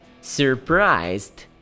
Surprised